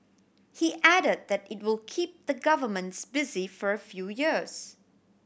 he added that it will keep the governments busy for a few years